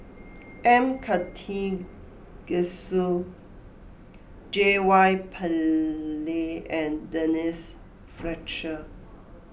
M Karthigesu J Y Pillay and Denise Fletcher